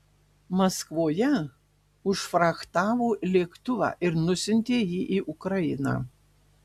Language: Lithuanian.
maskvoje užfrachtavo lėktuvą ir nusiuntė jį į ukrainą